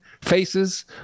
faces